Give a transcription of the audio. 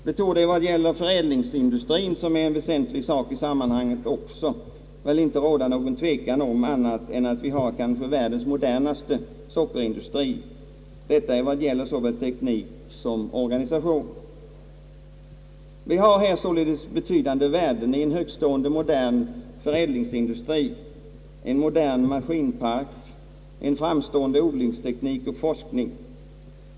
Det torde vad gäller förädlingsindustrien, som är en väsentlig sak i sammanhanget, inte råda någon tvekan om att vi kanske har världens modernaste sockerindustri, detta i fråga om såväl teknik som organisation. Vi har således betydande värden i en högtstående och modern förädlingsindustri, en modern maskinpark samt en framstående odlingsteknik och forskning.